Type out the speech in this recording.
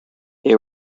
they